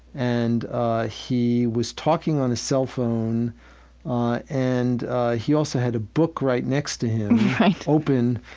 and ah he was talking on his cell phone and he also had a book right next to him opened,